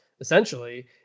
essentially